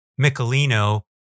Michelino